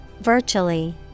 virtually